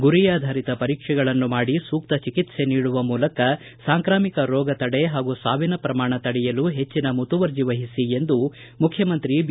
ಗುರಿಯಾಧಾರಿತ target ಪರೀಕ್ಷೆಗಳನ್ನು ಮಾಡಿ ಸೂಕ್ತ ಚಿಕಿತ್ಸೆ ನೀಡುವ ಮೂಲಕ ಸಾಂಕ್ರಾಮಿಕ ರೋಗ ತಡೆ ಹಾಗೂ ಸಾವಿನ ಪ್ರಮಾಣ ತಡೆಯಲು ಹೆಚ್ಚನ ಮುತುವರ್ಜಿ ವಹಿಸಿ ಎಂದು ಮುಖ್ಯಮಂತ್ರಿ ಬಿ